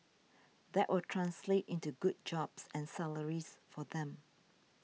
that will translate into good jobs and salaries for them